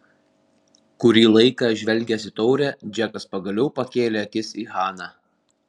kurį laiką žvelgęs į taurę džekas pagaliau pakėlė akis į haną